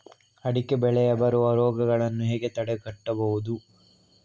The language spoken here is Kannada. ಅಡಿಕೆ ಬೆಳೆಗೆ ಬರುವ ರೋಗಗಳನ್ನು ಹೇಗೆ ತಡೆಗಟ್ಟಬಹುದು?